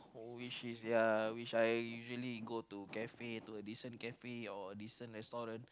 which is ya which I usually go to cafe to decent cafe or decent restaurant